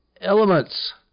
Elements